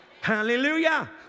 Hallelujah